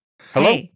hello